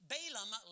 Balaam